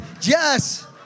yes